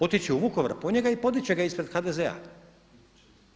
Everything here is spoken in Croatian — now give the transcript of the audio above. Otići u Vukovar po njega i podići ga ispred HDZ-a.